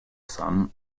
son